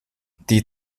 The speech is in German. die